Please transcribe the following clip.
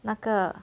那个